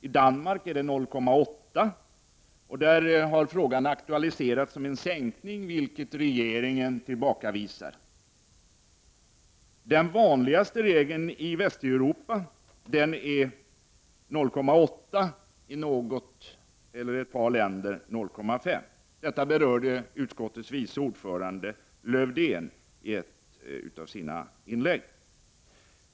I Danmark är gränsen 0,8 Zoo. Där har frågan aktualiserats om en sänkning, vilket regeringen tillbakavisar. Den vanligaste regeln i Västeuropa är 0,89ce, i något eller ett par länder 0,5. Detta berörde utskottets vice ordförande Lars-Erik Lövdén i ett av sina inlägg.